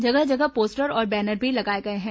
जगह जगह पोस्टर और बैनर भी लगाए गए हैं